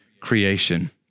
creation